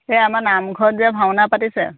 এই আমাৰ নামঘৰত যে ভাওনা পাতিছে